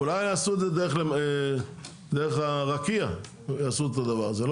אולי יעשו את זה דרך הרקיע יעשו את הדבר הזה.